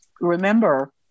remember